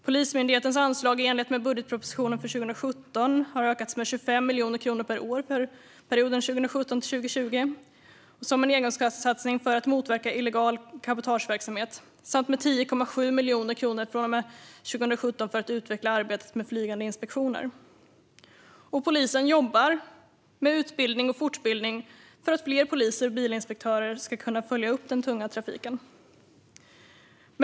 Polismyndighetens anslag i enlighet med budgetpropositionen för 2017 har ökats med 25 miljoner kronor per år för perioden 2017-2020 som en engångssatsning för att motverka illegal cabotageverksamhet samt med 10,7 miljoner kronor från och med 2017 för att utveckla arbetet med flygande inspektioner. Polisen jobbar med utbildning och fortbildning för att fler poliser och bilinspektörer ska kunna följa upp den tunga trafiken.